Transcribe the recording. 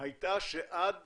הייתה שעד